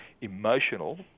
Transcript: emotional